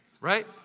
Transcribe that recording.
right